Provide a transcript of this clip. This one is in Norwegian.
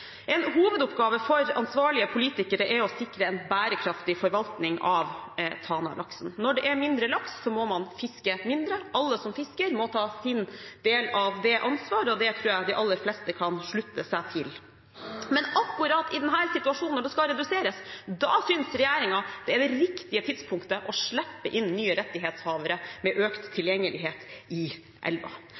En hovedoppgave for ansvarlige politikere er å sikre en bærekraftig forvaltning av Tana-laksen. Når det er mindre laks, må man fiske mindre. Alle som fisker, må ta sin del av det ansvaret, og det tror jeg at de aller fleste kan slutte seg til. Men akkurat i denne situasjonen, når fiskepresset skal reduseres, synes regjeringen at tidspunktet er riktig for å slippe inn nye rettighetshavere med økt tilgjengelighet i elva.